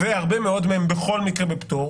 והרבה מאוד מהם בכל מקרה בפטור,